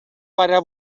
para